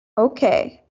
Okay